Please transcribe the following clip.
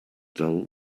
dull